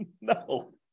No